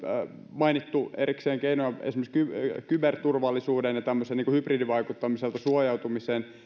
mainittu erikseen keinoja esimerkiksi kyberturvallisuuteen ja tämmöiseen niin kuin hybridivaikuttamiselta suojautumiseen